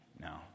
No